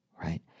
right